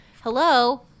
hello